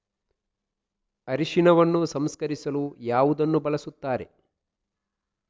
ಅರಿಶಿನವನ್ನು ಸಂಸ್ಕರಿಸಲು ಯಾವುದನ್ನು ಬಳಸುತ್ತಾರೆ?